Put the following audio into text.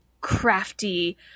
crafty